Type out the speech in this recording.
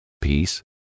peace